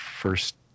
first